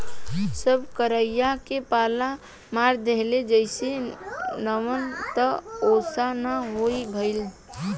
सब कराई के पाला मार देहलस जईसे नेवान त असो ना हीए भईल